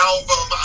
album